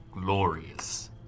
Glorious